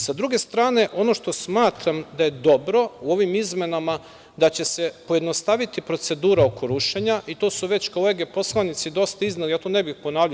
S druge strane, ono što smatram da je dobro u ovim izmenama to je da će se pojednostaviti procedura oko rušenja i to su već kolege poslanici dosta izneli i ja to ne bih ponavljao.